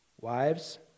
Wives